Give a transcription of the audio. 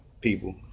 people